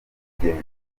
rugendo